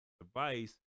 device